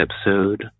episode